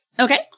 Okay